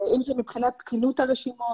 אם זה מבחינת תקינות הרשימות,